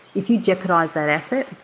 if you jeopardise that aspect,